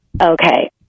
Okay